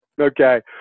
Okay